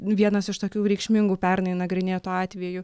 vienas iš tokių reikšmingų pernai nagrinėtų atvejų